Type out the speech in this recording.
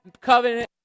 covenant